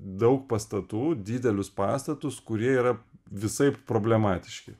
daug pastatų didelius pastatus kurie yra visaip problematiški